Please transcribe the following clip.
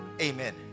amen